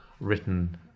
written